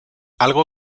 algo